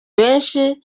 benshi